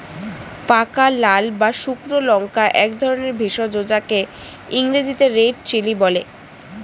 পাকা লাল বা শুকনো লঙ্কা একধরনের ভেষজ যাকে ইংরেজিতে রেড চিলি বলে